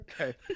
Okay